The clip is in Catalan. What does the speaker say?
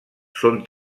són